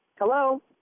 Hello